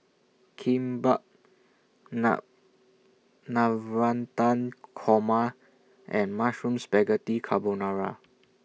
Kimbap Na Navratan Korma and Mushroom Spaghetti Carbonara